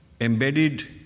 embedded